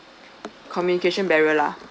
communication barrier lah